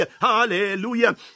Hallelujah